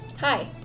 Hi